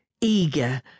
eager